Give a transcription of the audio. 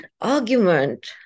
argument